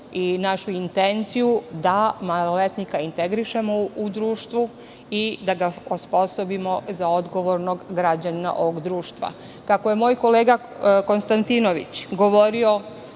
i našu intenciju da maloletnika integrišemo u društvo i da ga osposobimo za odgovornog građanina ovog društva. Kako je moj kolega Konstantinović govorio